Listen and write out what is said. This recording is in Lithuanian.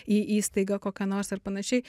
į įstaigą kokią nors ir panašiai